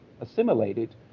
assimilated